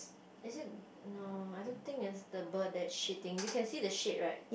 is it no I don't think it's the bird that's shitting you can see the shit right